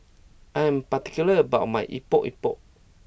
I am particular about my Epok Epok